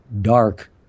dark